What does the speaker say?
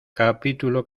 capítulo